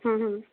ਹਾਂ ਹਾਂ